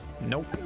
Nope